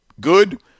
good